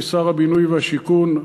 כשר הבינוי והשיכון,